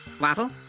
Waffle